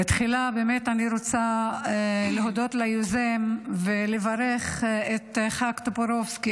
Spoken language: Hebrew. תחילה באמת אני רוצה להודות ליוזם ולברך את חבר הכנסת טופורובסקי